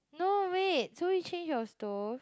no wait so you change your stove